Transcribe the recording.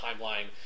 timeline